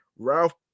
Ralph